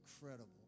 incredible